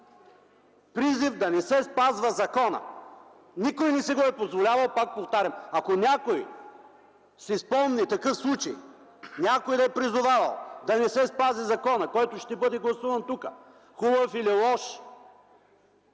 призив, да не се спазва законът. Никой не си го е позволявал, пак повтарям. Ако някой си спомни такъв случай, някой да е призовавал да не се спази законът, който ще бъде гласуван тук, хубав или лош,